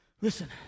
Listen